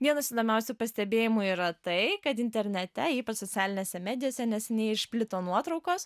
vienas įdomiausių pastebėjimų yra tai kad internete ypač socialinėse medijose neseniai išplito nuotraukos